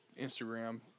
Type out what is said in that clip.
Instagram